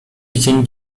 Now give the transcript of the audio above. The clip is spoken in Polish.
dzień